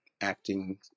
acting